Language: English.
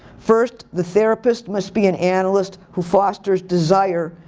first, the therapist must be an analyst who fosters desire,